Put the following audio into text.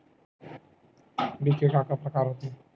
बीज के का का प्रकार होथे?